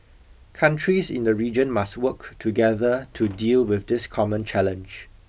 countries in the region must work together to deal with this common challenge